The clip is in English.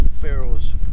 pharaohs